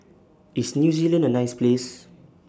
IS New Zealand A nice Place